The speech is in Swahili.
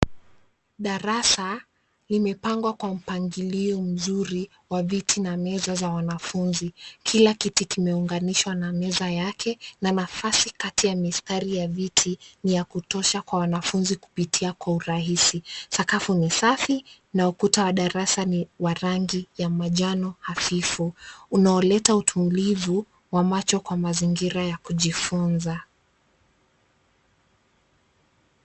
Darasa limepangwa kwa mpangilio mzuri wa viti na meza za wanafunzi. Kila kiti kimeunganishwa na meza yake na nafasi kati ya mistari ya viti ni ya kutosha kwa wanafunzi kupitia kwa urahisi. Sakafu ni safi na ukuta wa darasa ni wa rangi ya manjano hafifu, unaoleta utulivu wa macho kwa mazingira ya kujifunza.